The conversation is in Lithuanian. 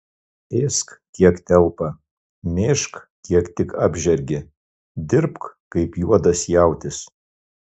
ėsk kiek telpa mėžk kiek tik apžergi dirbk kaip juodas jautis